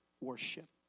worship